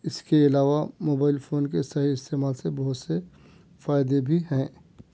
اِس کے علاوہ موبائل فون کے صحیح استعمال سے بہت سے فائدے بھی ہیں